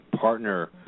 partner